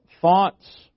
thoughts